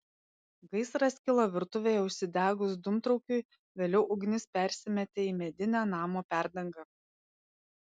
gaisras kilo virtuvėje užsidegus dūmtraukiui vėliau ugnis persimetė į medinę namo perdangą